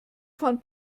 von